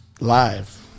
Live